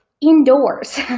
indoors